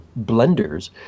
blenders